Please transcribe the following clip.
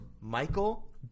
Michael